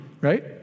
right